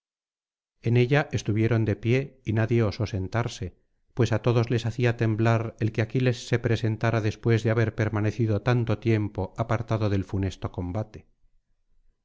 en ella estuvieron de pie y nadie osó sentarse pues á todos les hacía temblar el que aquiles se presentara después de haber permanecido tanto tiempo apartado del funesto combate